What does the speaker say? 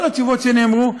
כל התשובות שנאמרו,